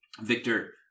Victor